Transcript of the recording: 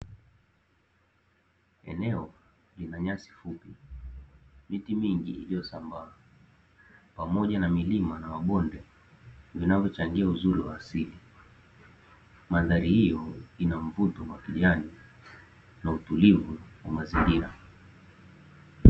Eneo lina nyasi fupi miti mingi iliyosambaa pamoja na milima na mabonde inayochangia uzuri wa asili, madhari hiyo ina mvuto wa kijani na utulivu wa mazingira.